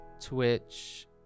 Twitch